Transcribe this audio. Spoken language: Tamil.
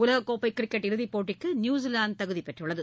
உலகக்கோப்பைகிரிக்கெட் இறுதிப்போட்டிக்குநியூசிலாந்துதகுதிபெற்றுள்ளது